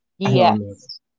Yes